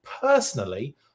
Personally